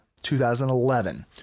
2011